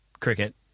cricket